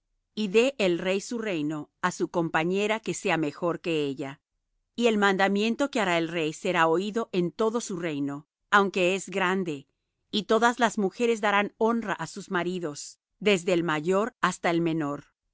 y dé el rey su reino á su compañera que sea mejor que ella y el mandamiento que hará el rey será oído en todo su reino aunque es grande y todas las mujeres darán honra á sus maridos desde el mayor hasta el menor